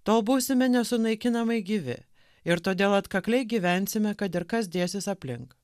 tol būsime nesunaikinamai gyvi ir todėl atkakliai gyvensime kad ir kas dėsis aplink